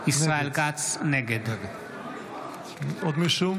(קורא בשם חבר הכנסת) ישראל כץ, נגד עוד מישהו?